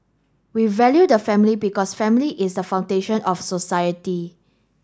we value the family because family is the foundation of society